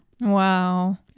Wow